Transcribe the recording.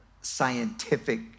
scientific